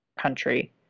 country